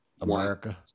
america